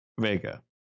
Vega